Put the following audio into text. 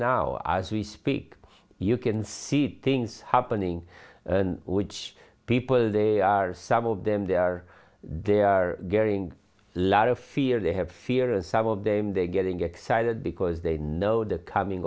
now as we speak you can see things happening which people they are some of them they are they are getting a lot of fear they have fear and some of them they are getting excited because they know the coming